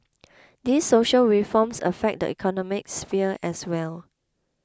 these social reforms affect the economic sphere as well